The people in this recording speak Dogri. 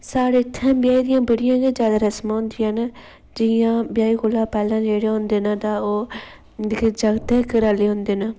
साढ़ै इत्थै ब्याह् दियां बड़ियां गै ज्यादे रस्मां होन्दिया न जियां ब्याह् कोलां पैह्ले जेह्ड़े ओह् होंदे न तां ओह् जेह्के जागतै घर आह्ले होंदे न